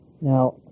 Now